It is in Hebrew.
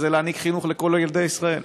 שהיא להעניק חינוך לכל ילדי ישראל?